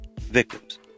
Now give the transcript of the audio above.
victims